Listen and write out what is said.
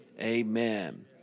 Amen